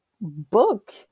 book